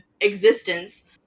existence